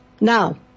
Now